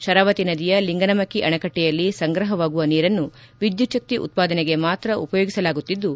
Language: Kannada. ಶರಾವತಿ ನದಿಯ ಲಿಂಗನಮಕ್ಕೆ ಅಡೆಕಟ್ಟೆಯಲ್ಲಿ ಸಂಗ್ರಹವಾಗುವ ನೀರನ್ನು ವಿದ್ಯುಕ್ಕಕ್ತಿ ಉತ್ಪಾದನೆಗೆ ಮಾತ್ರ ಉಪಯೋಗಿಸಲಾಗುತ್ತಿದ್ದು